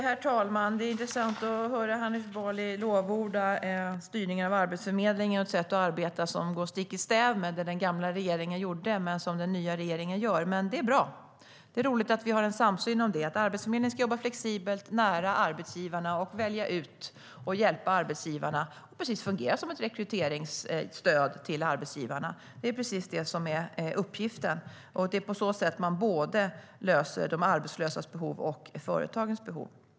Herr talman! Det är intressant att höra Hanif Bali lovorda styrningen av Arbetsförmedlingens sätt att arbeta, som ju går stick i stäv med den tidigare regeringens sätt. Det är bra. Det är roligt att vi har en samsyn om att Arbetsförmedlingen ska jobba flexibelt, jobba nära arbetsgivarna, välja ut och hjälpa dem. Arbetsförmedlingen ska fungera som ett rekryteringsstöd till arbetsgivarna. Det är Arbetsförmedlingens uppgift. Det är på så sätt man löser både de arbetslösas och företagens behov.